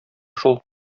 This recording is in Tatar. шул